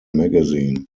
magazine